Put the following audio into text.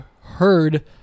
heard